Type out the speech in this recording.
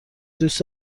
دوست